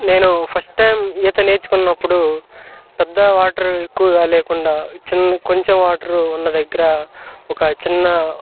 నేను first time ఈత నేర్చుకున్నప్పుడు పెద్ద వాటర్ ఎక్కువగా లేకుండా చిన్న కొంచెం వాటర్ ఉన్న దగ్గర ఒక చిన్న